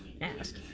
ask